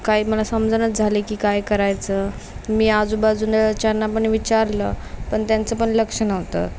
काही मला समजेनाच झालं आहे की काय करायचं मी आजूबाजू च्यांना पण विचारलं पण त्यांचं पण लक्ष नव्हतं